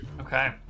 Okay